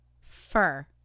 fur